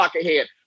ahead